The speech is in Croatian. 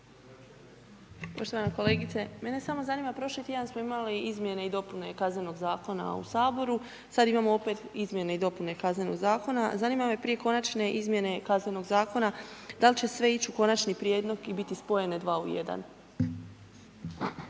Poštovana kolegice, mene samo zanima, prošli tjedan smo imali izmjene i dopune Kaznenog zakona u Saboru, sad imamo opet izmjene i dopune Kaznenog zakona. Zanima me prije konačne izmjene Kaznenog zakona dal će sve ići u konačni prijedlog i biti spojene 2 u 1?